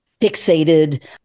fixated